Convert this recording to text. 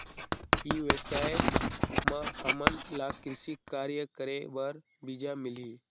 ई व्यवसाय म हामन ला कृषि कार्य करे बर बीजा मिलही?